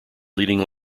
leading